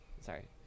Sorry